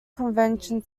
convention